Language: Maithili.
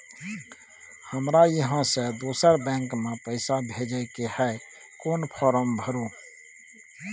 हमरा इहाँ से दोसर बैंक में पैसा भेजय के है, कोन फारम भरू?